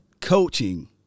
coaching